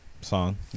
song